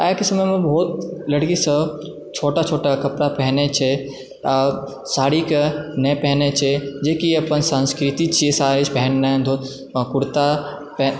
आइके समयमे बहुत लड़कीसभ बहुत छोटा छोटा कपड़ा पहिरय छै आओर साड़ीकऽ नहि पहिरय छै जेकि अपन सांस्कृति छियै साड़ी पहिरनाइ धोती कुरता